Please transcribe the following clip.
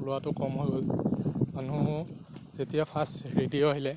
ওলোৱাটো কম হৈ গ'ল মানুহ যেতিয়া ফাৰ্ষ্ট ৰেডিঅ' আহিলে